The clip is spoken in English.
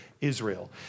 Israel